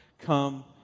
come